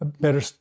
better